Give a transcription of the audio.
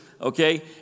Okay